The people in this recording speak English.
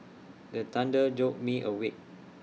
the thunder jolt me awake